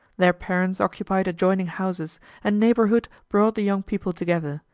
their parents occupied adjoining houses and neighborhood brought the young people together,